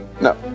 No